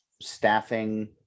staffing